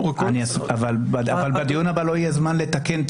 או באמצעות התקנות